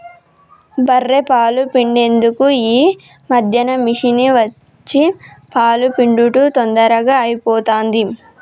బఱ్ఱె పాలు పిండేందుకు ఈ మధ్యన మిషిని వచ్చి పాలు పిండుడు తొందరగా అయిపోతాంది